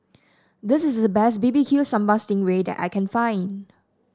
this is the best B B Q Sambal Sting Ray that I can find